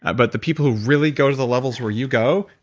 ah but the people who really go to the levels where you go,